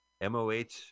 M-O-H